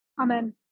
Amen